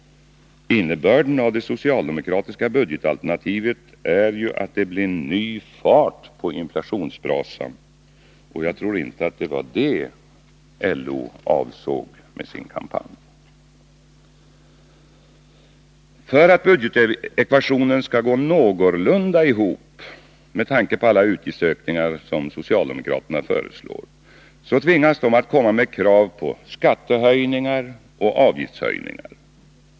Innebörden av det socialdemokratiska budgetalternativet är ju att det blir ny fart på inflationsbrasan. Jag tror inte det är det LO avser med sin kampanj. För att budgetekvationen skall gå någorlunda ihop, med tanke på alla utgiftsökningar som socialdemokraterna föreslår, tvingas man att komma med krav på skattehöjningar och avgiftshöjningar.